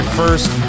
first